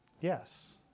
yes